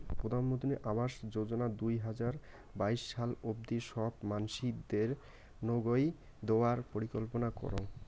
প্রধানমন্ত্রী আবাস যোজনা দুই হাজার বাইশ সাল অব্দি সব মানসিদেরনৌগউ দেওয়ার পরিকল্পনা করং